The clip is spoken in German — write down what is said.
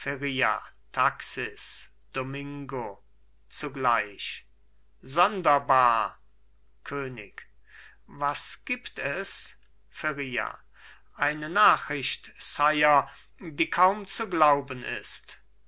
taxis domingo zugleich sonderbar könig was gibt es feria eine nachricht sire die kaum zu glauben ist